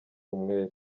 umwere